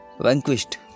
Vanquished